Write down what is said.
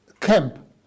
camp